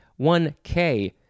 1K